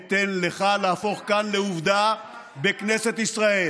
את הנבזיות הזאת לא אתן לך להפוך כאן לעובדה בכנסת ישראל.